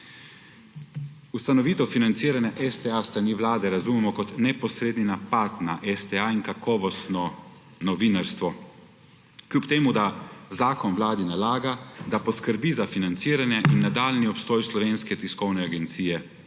Ustavitev financiranja STA s strani vlade razumemo kot neposredni napad na STA in kakovostno novinarstvo. Kljub temu, da zakon vladi nalaga, da poskrbi za financiranje in nadaljnji obstoj Slovenske tiskovne agencije